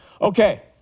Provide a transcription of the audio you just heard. Okay